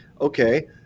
okay